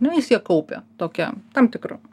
ne jis ją kaupia tokią tam tikrą